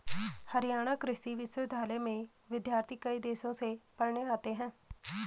हरियाणा कृषि विश्वविद्यालय में विद्यार्थी कई देशों से पढ़ने आते हैं